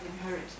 inherit